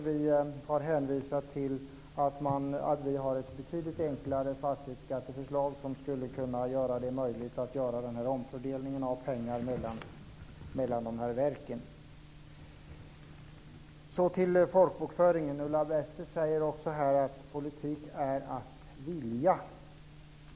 Vi har hänvisat till att vi har ett betydligt enklare fastighetsskatteförslag som skulle kunna göra det möjligt att omfördela pengar mellan verken. Så till folkbokföringen. Ulla Wester säger här att politik är att vilja.